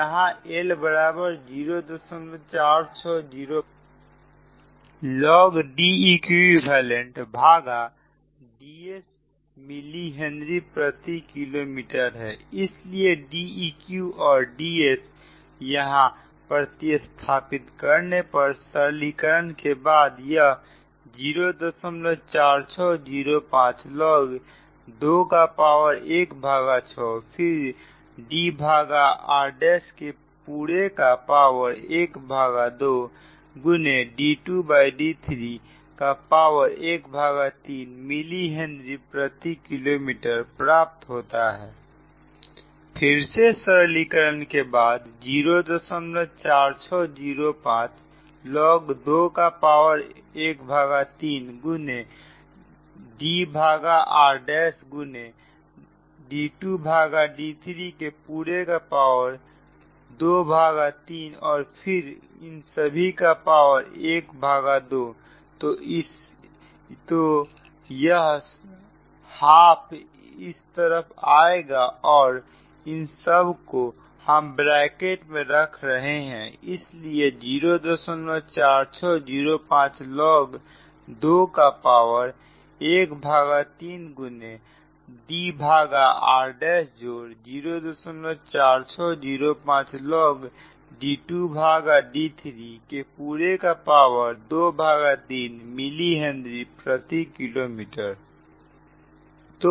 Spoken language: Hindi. यहां L बराबर 04605 log D eq भागा Ds मिली हेनरी प्रति किलोमीटर है इसलिए D eq और Ds यहां प्रतिस्थापित करने पर सरलीकरण के बाद यह 04605 log 2 का पावर ⅙ फिर D भागा r'के पूरे का पावर ½ गुने d2 d3 का पावर ⅓ मिली हेनरी प्रति किलोमीटर प्राप्त होता है